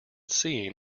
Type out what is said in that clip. seen